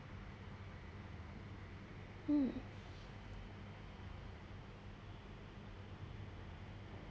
mm